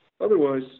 Otherwise